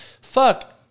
Fuck